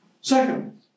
Second